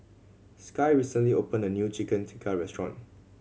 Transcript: Sky recently opened a new Chicken Tikka restaurant